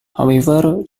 however